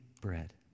bread